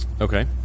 Okay